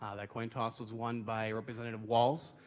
ah the coin toss was won by representative walz.